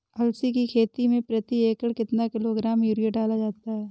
अलसी की खेती में प्रति एकड़ कितना किलोग्राम यूरिया डाला जाता है?